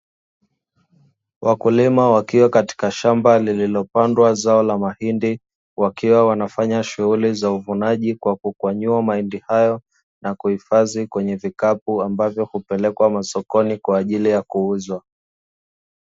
Wakulima wakiwa katika shamba lilolopandwa zao la mahindi, wakiwa wanafanya shughuli za uvunaji kwa kukwanyua mahindi hayo na kuhifadhi kwenye vikapu, ambapo hupelekwa masokoni kwaajili ya kuuzwa.